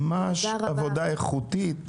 זו ממש עבודה איכותית וחשובה.